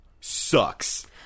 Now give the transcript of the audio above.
sucks